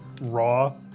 raw